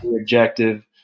objective